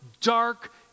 dark